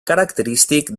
característic